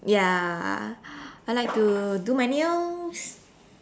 ya I like to do my nails